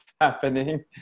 happening